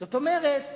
זאת אומרת,